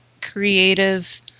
creative